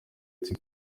iti